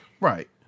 Right